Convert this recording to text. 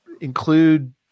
include